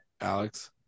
Alex